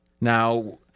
Now